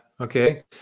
Okay